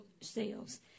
sales